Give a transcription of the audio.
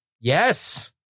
yes